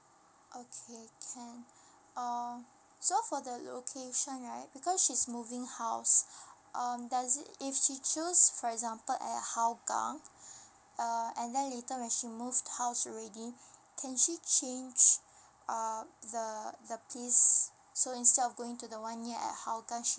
okay can err so for the location right because she's moving house um does it if she choose for example at hou gang uh and then later when she move house ready can she change err the place uh so instead of going to the one near at hou gang she